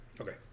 Okay